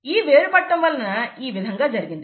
ఈ వేరుపడటం వలన ఈ విధంగా జరిగింది